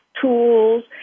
tools